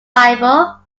bible